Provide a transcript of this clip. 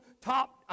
top